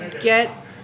Get